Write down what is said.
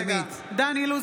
(קוראת בשמות חברי הכנסת) דן אילוז,